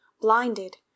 blinded